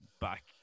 back